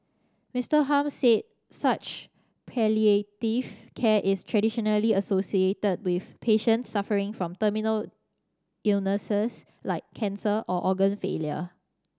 Mister Hum said such palliative care is traditionally associated with patients suffering from terminal illnesses like cancer or organ failure